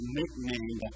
nickname